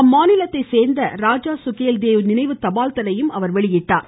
அம்மாநிலத்தை சோ்ந்த ராஜா சுகேல் தேவ் நினைவு தபால் தலையையும் அவர் வெளியிட்டார்